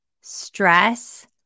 stress